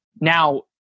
Now